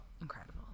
incredible